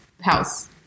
house